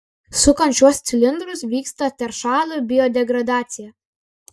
sukant šiuos cilindrus vyksta teršalų biodegradacija